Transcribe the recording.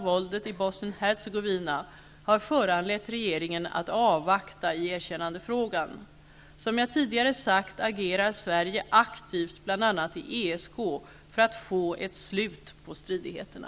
Hercegovina har föranlett regeringen att avvakta i erkännandefrågan. Som jag tidigare sagt agerar Sverige aktivt bl.a. i ESK för att få ett slut på stridigheterna.